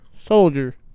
Soldier